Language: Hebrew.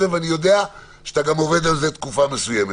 ואני יודע שאתה עובד על זה תקופה מסוימת.